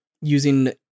using